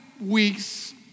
weeks